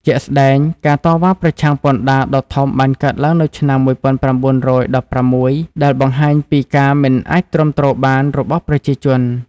ជាក់ស្ដែង ការតវ៉ាប្រឆាំងពន្ធដារដ៏ធំបានកើតឡើងនៅឆ្នាំ១៩១៦ ដែលបង្ហាញពីការមិនអាចទ្រាំទ្របានរបស់ប្រជាជន។